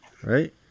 Right